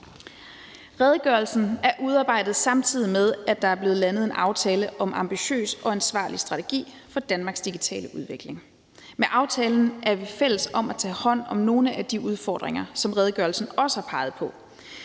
Redegørelsen er udarbejdet, samtidig med at der er blevet landet en aftale om ambitiøs og ansvarlig strategi for Danmarks digitale udvikling. Med aftalen er vi fælles om at tage hånd om nogle af de udfordringer, som redegørelsen også har peget på.